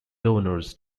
donors